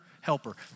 helper